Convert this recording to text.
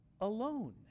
alone